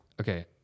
Okay